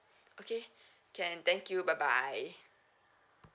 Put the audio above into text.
okay can thank you bye bye